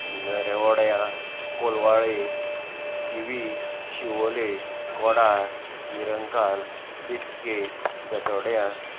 रेवड्यां Colvale Thivim Siolim Kodar Nirankal Betki बेतोड्यां